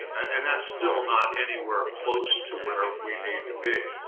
and that's still not anywhere close to where we need to be.